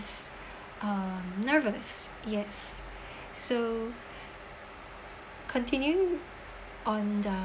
um nervous yes so continue on the